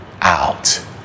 out